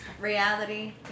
reality